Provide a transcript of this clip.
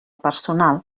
personal